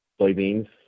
soybeans